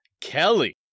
Kelly